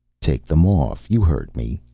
take them off. you heard me.